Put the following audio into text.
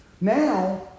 now